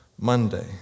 Monday